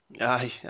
Aye